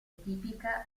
tipica